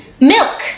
Milk